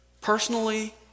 Personally